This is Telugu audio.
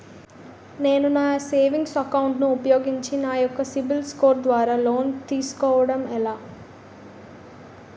నేను నా సేవింగ్స్ అకౌంట్ ను ఉపయోగించి నా యెక్క సిబిల్ స్కోర్ ద్వారా లోన్తీ సుకోవడం ఎలా?